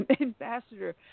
Ambassador